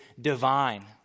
divine